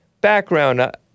background